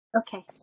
Okay